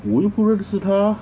我又不认识她